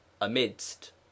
Amidst